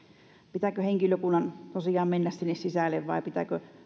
pitääkö henkilökunnan tosiaan mennä sinne sisälle vai pitääkö